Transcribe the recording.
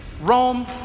Rome